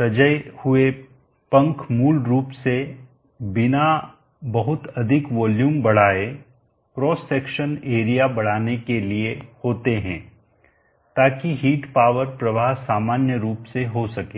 सजे हुए पंख मूल रूप से बिना बहुत अधिक वॉल्यूम बढ़ाएं क्रॉस सेक्शन एरिया बढ़ाने के लिए होते हैं ताकि हिट पावर प्रवाह सामान्य रूप से हो सके